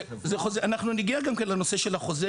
אנחנו נגיע גם כן לנושא של החוזה,